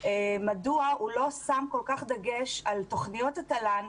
מדוע הוא לא שם כל כך דגש על תכניות התל"ן.